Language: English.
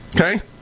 Okay